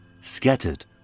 scattered